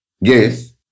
Yes